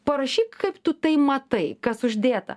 parašyk kaip tu tai matai kas uždėta